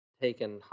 taken